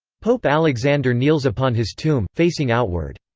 pope alexander kneels upon his tomb, facing outward.